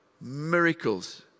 Miracles